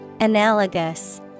Analogous